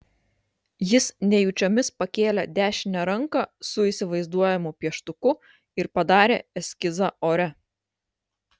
jis nejučiomis pakėlė dešinę ranką su įsivaizduojamu pieštuku ir padarė eskizą ore